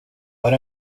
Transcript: what